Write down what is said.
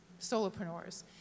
solopreneurs